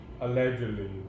Allegedly